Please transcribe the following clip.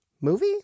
movie